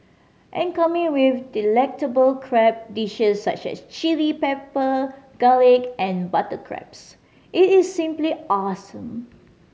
and coming with delectable crab dishes such as chilli pepper garlic and butter crabs it is simply awesome